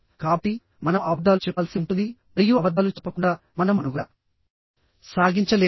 కాబట్టిమనం అబద్ధాలు చెప్పాల్సి ఉంటుంది మరియు అబద్ధాలు చెప్పకుండా మనం మనుగడ సాగించలేము